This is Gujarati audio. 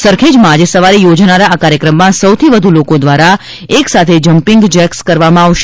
સરખેજમાં આજે સવારે યોજાનારા આ કાર્યક્રમમાં સૌથી વધુ લોકો દ્વારા એક સાથે જમ્પીંગ જેક્સ કરવામાં આવશે